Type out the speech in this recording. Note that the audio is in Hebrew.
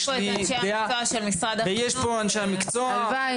יש לי דעה ויש פה אנשי המקצוע --- הלוואי.